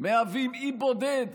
מהווים אי בודד